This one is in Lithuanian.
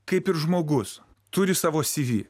kaip ir žmogus turi savo cv